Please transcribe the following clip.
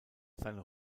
seine